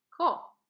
Cool